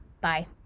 Bye